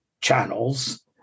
channels